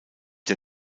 der